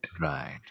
Right